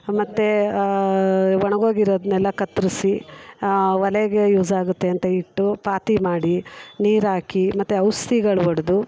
ಮತ್ತೆ ಒಣಗೋಗಿರೋದನ್ನೆಲ್ಲ ಕತ್ತರ್ಸಿ ಒಲೆಗೆ ಯೂಸ್ ಆಗುತ್ತೆ ಅಂತ ಇಟ್ಟು ಪಾತಿ ಮಾಡಿ ನೀರು ಹಾಕಿ ಮತ್ತೆ ಔಷ್ದಿಗಳು ಹೊಡ್ದು